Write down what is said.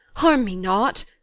harm me not.